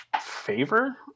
favor